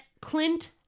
Clint